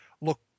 look